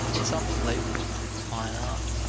and something labeled fine art,